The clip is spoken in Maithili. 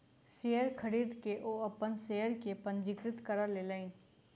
शेयर खरीद के ओ अपन शेयर के पंजीकृत करा लेलैन